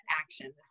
action